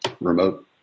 remote